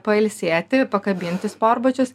pailsėti pakabinti sportbačius